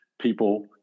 people